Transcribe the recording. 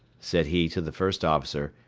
said he to the first officer,